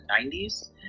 90s